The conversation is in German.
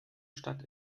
stadt